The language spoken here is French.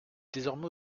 désormais